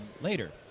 later